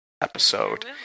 episode